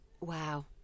Wow